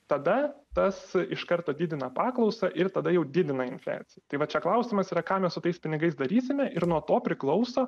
tada tas iš karto didina paklausą ir tada jau didina infliaciją tai va čia klausimas yra ką mes su tais pinigais darysime ir nuo to priklauso